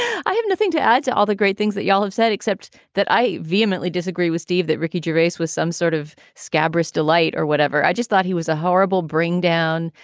i have nothing to add to all the great things that y'all have said, except that i vehemently disagree with steve that ricky jr. race was some sort of scabrous delight or whatever. i just thought he was a horrible bring down.